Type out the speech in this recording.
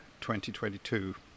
2022